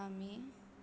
आमी